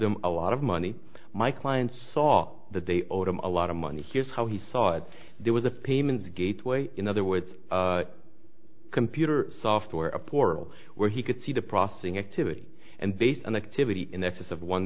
them a lot of money my client saw that they owed him a lot of money here's how he saw it there was a payment gateway in other words computer software a portal where he could see the processing activity and based on activity in excess of one